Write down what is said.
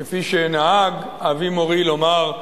כפי שנהג אבי-מורי לומר,